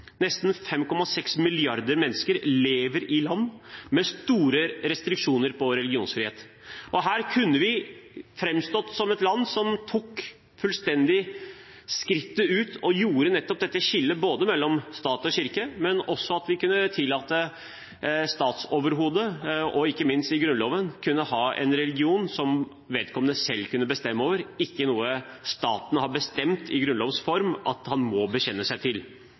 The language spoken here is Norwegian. nesten 5,6 milliarder mennesker, lever i land med store restriksjoner på religionsfrihet. Her kunne vi framstått som et land som tok skrittet fullt ut og gjorde nettopp dette skillet mellom stat og kirke, og at vi kunne tillate statsoverhodet, og ikke minst i Grunnloven, å ha en religion som vedkommende selv kunne bestemme, og ikke noe staten har bestemt i grunnlovs form at han må bekjenne seg til,